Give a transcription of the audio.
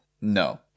No